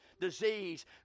disease